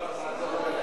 בתשובת השר זה לא,